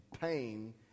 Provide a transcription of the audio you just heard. pain